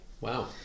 Wow